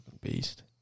Beast